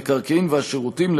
המקרקעין והשירותים,